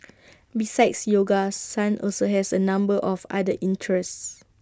besides yoga sun also has A number of other interests